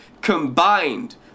combined